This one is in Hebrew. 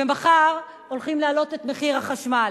ומחר הולכים להעלות את מחיר החשמל.